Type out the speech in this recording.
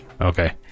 Okay